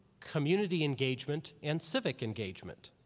community engagement and civic engagement.